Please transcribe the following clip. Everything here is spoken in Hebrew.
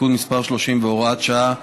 (תיקון מס' 30 והוראת שעה),